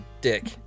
dick